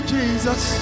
Jesus